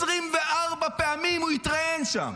24 פעמים הוא התראיין שם.